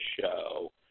show